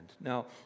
Now